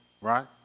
right